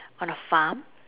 on the farm